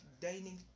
dining